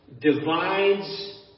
divides